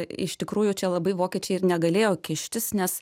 iš tikrųjų čia labai vokiečiai ir negalėjo kištis nes